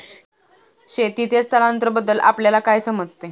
शेतीचे स्थलांतरबद्दल आपल्याला काय समजते?